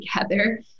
together